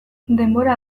denbora